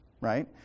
right